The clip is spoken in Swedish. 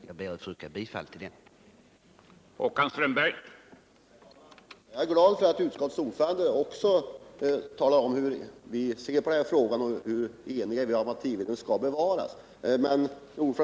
Jag ber därför att få yrka bifall till utskottets hemställan.